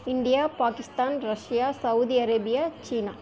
India Pakistan Russia Saudi Arabia China